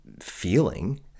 feeling